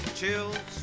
chills